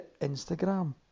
Instagram